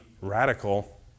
radical